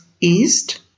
East